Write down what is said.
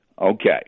Okay